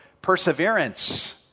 perseverance